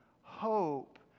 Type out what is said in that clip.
Hope